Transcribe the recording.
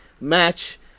match